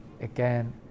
again